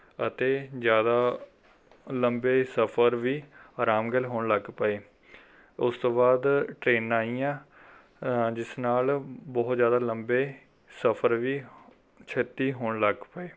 ਅਤੇ ਜ਼ਿਆਦਾ ਲੰਬੇ ਸਫ਼ਰ ਵੀ ਆਰਾਮ ਗੈਲ ਹੋਣ ਲੱਗ ਪਏ ਉਸ ਤੋਂ ਬਾਅਦ ਟ੍ਰੇਨਾਂ ਆਈਆਂ ਜਿਸ ਨਾਲ ਬਹੁਤ ਜ਼ਿਆਦਾ ਲੰਬੇ ਸਫ਼ਰ ਵੀ ਛੇਤੀ ਹੋਣ ਲੱਗ ਪਏ